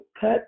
cut